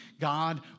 God